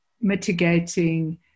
mitigating